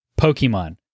Pokemon